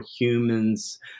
humans